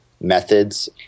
methods